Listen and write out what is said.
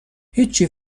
هیچی